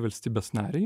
valstybės narei